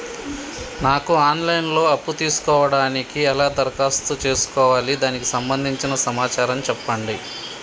నాకు online లో అప్పు తీసుకోవడానికి ఎలా దరఖాస్తు చేసుకోవాలి దానికి సంబంధించిన సమాచారం చెప్పండి?